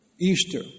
Easter